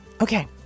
Okay